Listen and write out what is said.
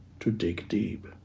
to dig deep.